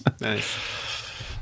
Nice